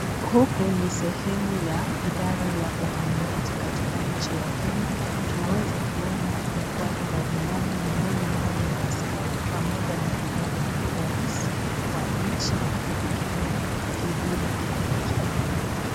Huko ni sehemu ya idara ya uhamiaji katika nchi ya Kenya. Tunaweza kuona watu mbalimbali, miongoni mwao ni askari pamoja na Naibu Rais wa Kenya, Kithure Kindiki.